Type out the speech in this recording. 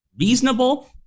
reasonable